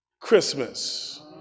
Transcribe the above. Christmas